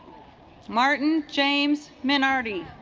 martin's james minardi